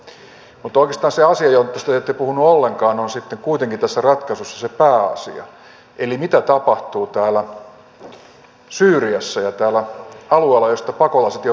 mutta oikeastaan se asia josta te ette puhunut ollenkaan on sitten kuitenkin tässä ratkaisussa se pääasia eli mitä tapahtuu syyriassa ja sillä alueella jolta pakolaiset joutuvat lähtemään